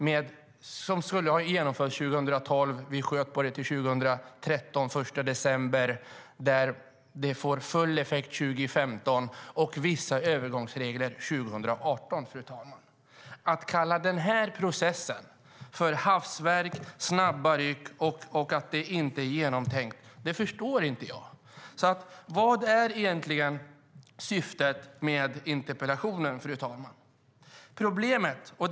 Reformen skulle ha genomförts 2012. Vi sköt på den till den 1 december 2013, och den får full effekt 2015 med vissa övergångsregler 2018. Att kalla den processen för ett hafsverk med snabba ryck och säga att den inte är genomtänkt förstår inte jag. Vad är egentligen syftet med interpellationen, fru talman?